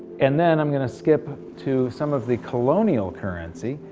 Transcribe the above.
and then i'm gonna skip to sum of the colonial currency.